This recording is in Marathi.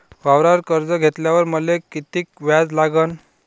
वावरावर कर्ज घेतल्यावर मले कितीक व्याज लागन?